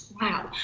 wow